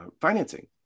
financing